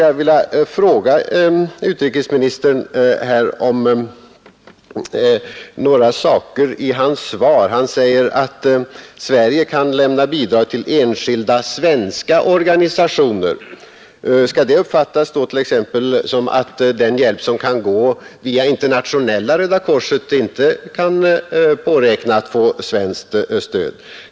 Jag vill fråga utrikesministern om några saker i hans svar. Han säger att Sverige kan lämna bidrag till ”enskilda svenska organisationer”. Skall det uppfattas som att den hjälp som kan gå via Internationella röda korset inte kan påräkna svenskt stöd?